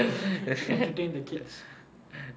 entertain the kids